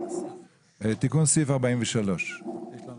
תיקון סעיף 43. תיקון